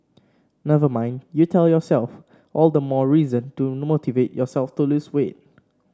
never mind you tell yourself all the more reason to motivate yourself to lose weight